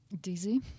Dizzy